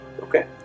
Okay